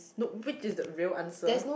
nope which is the real answer